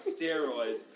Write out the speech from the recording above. steroids